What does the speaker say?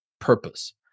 purpose